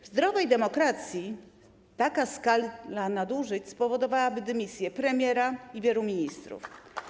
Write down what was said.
W zdrowej demokracji taka skala nadużyć spowodowałaby dymisję premiera i wielu ministrów.